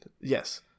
Yes